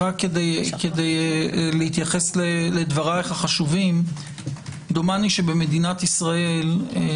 כדי להתייחס לדבריך החשובים - דומני שבמדינת ישראל לא